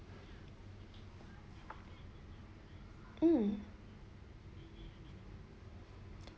um